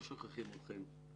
שלא שוכחים אותם.